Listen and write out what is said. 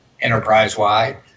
enterprise-wide